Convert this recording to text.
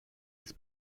des